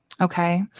Okay